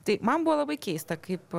tai man buvo labai keista kaip